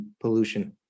pollution